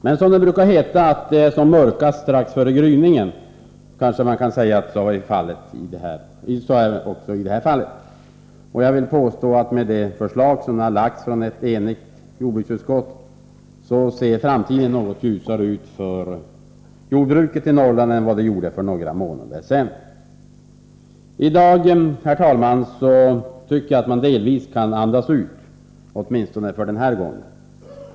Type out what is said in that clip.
Men det heter att det brukar vara mörkast strax före gryningen, och man kan säga att det var så även i detta fall. Jag vill påstå att med det förslag som läggs fram från ett enigt jordbruksutskott ser framtiden för jordbruket i Norrland något ljusare ut än vad den gjorde för några månader sedan. I dag tycker jag, herr talman, att man delvis kan andas ut, åtminstone för den här gången.